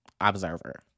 Observer